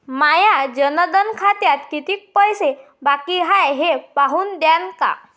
माया जनधन खात्यात कितीक पैसे बाकी हाय हे पाहून द्यान का?